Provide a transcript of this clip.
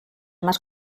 más